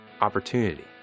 opportunity